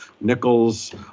Nichols